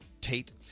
Tate